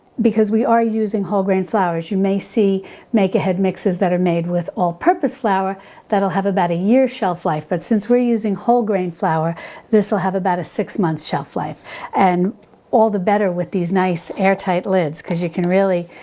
because we are using whole grain flours. you may see make ahead mixes that made with all purpose flour that'll have about a year shelf life, but since we're using whole grain flour this'll have about a six month shelf life and all the better with these nice airtight lids cause you can really,